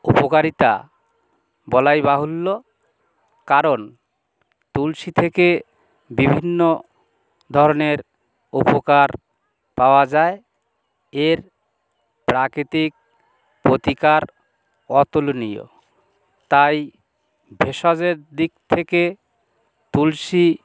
উপকারিতা বলাই বাহুল্য কারণ তুলসী থেকে বিভিন্ন ধরনের উপকার পাওয়া যায় এর প্রাকৃতিক প্রতিকার অতুলনীয় তাই ভেষজের দিক থেকে তুলসী